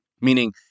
Meaning